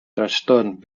trastorn